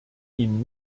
ihn